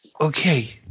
okay